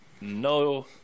no